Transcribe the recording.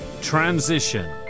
Transition